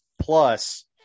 plus